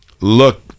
look